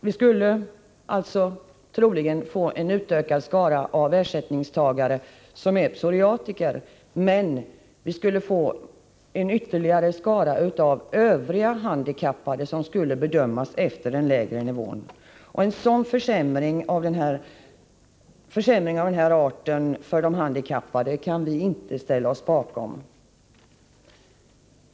Vi skulle troligen få en utökad skara ersättningstagare som är psoriatiker, men samtidigt en ökning av antalet övriga handikappade med ersättning enligt den lägre nivån. En sådan försämring för de handikappade kan vi inte ställa oss bakom.